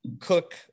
cook